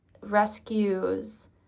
rescues